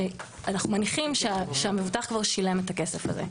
אנחנו מניחים שהמבוטח כבר שילם את הכסף הזה.